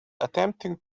attempting